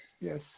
Yes